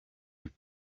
had